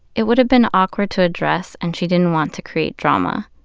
it would have been awkward to address and she didn't want to create drama.